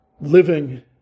living